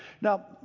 Now